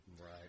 Right